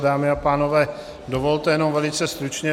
Dámy a pánové, dovolte jenom velice stručně.